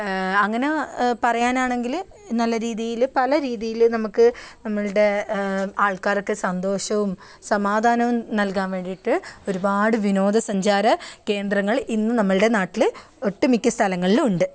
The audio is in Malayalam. അങ്ങനെ പറയാനാണെങ്കിൽ നല്ല രീതിയിൽ പല രീതിയിൽ നമുക്ക് നമ്മളുടെ ആൾക്കാരൊക്കെ സന്തോഷവും സമാധാനവും നൽകാൻ വേണ്ടിയിട്ട് ഒരുപാട് വിനോദസഞ്ചാര കേന്ദ്രങ്ങൾ ഇന്ന് നമ്മളുടെ നാട്ടിൽ ഒട്ടുമിക്ക സ്ഥലങ്ങളിലും ഉണ്ട്